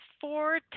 four